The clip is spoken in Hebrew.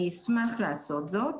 אני אשמח לעשות זאת.